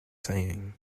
saying